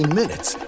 minutes